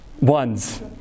Ones